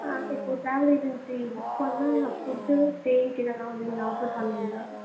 ஆ இப்போது travel agency book பண்ணால் food ஸ்டேயிங்க்கு இதெல்லாம் வந்து நீங்கள் ஆஃபர் பண்ணுவீங்களா